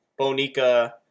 bonica